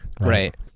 Right